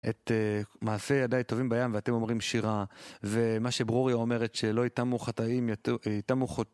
את מעשי ידיי טובעים בים ואתם אומרים שירה ומה שברוריה אומרת שלא ייתמו חטאים ייתמו חוט